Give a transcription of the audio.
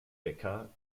wecker